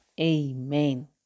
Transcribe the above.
Amen